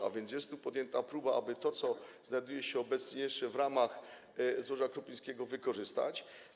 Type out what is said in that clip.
Tak więc jest tu podjęta próba, aby to, co znajduje się obecnie jeszcze w ramach złoża Krupińskiego, wykorzystać.